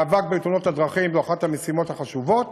המאבק בתאונות הדרכים הוא אחת המשימות החשובות